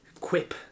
quip